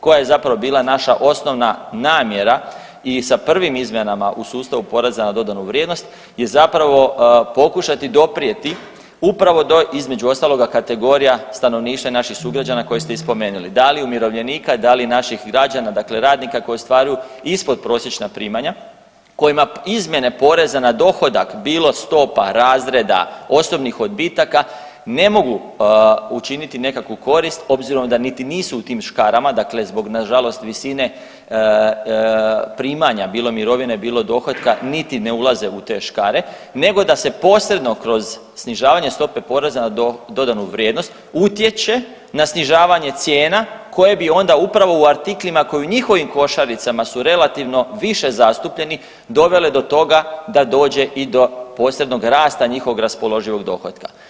Koja je zapravo bila naša osnovna namjera i sa prvim izmjenama u sustavu poreza na dodanu vrijednost i zapravo pokušati doprijeti upravo do između ostaloga kategorija stanovništva i naših sugrađana koje ste i spomenuli da li umirovljenika, da li naših građana, dakle radnika koji ostvaruju ispod prosječna primanja kojima izmjene poreza na dohodak bilo stopa, razreda, osobnih odbitaka ne mogu učiniti nekakvu korist obzirom da niti nisu u tim škarama, dakle zbog na žalost visine primanja bilo mirovine, bilo dohotka niti ne ulaze u te škare, nego da se posredno kroz snižavanje stope poreza na dodanu vrijednost utječe na snižavanje cijena koje bi onda upravo u artiklima koji su u njihovim košaricama relativno više zastupljeni dovele do toga da dođe i do posebnog rasta njihovog raspoloživog dohotka.